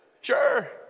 Sure